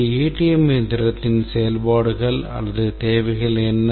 இந்த ஏடிஎம் இயந்திரத்தின் செயல்பாடுகள் அல்லது தேவைகள் என்ன